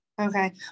Okay